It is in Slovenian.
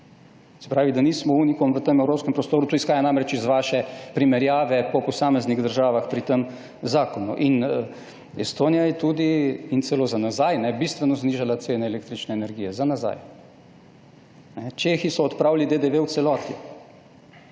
Se pravi, da nismo unikum v tem evropskem prostoru, to izhaja namreč iz vaše primerjave po posameznih državah pri tem zakonu. Estonija je celo za nazaj bistveno znižala cene električne energije. Čehi so odpravili DDV v celoti.